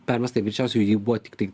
permesta ir greičiausiai ji buvo tiktai